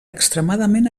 extremadament